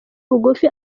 bugufi